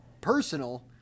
personal